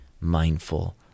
mindful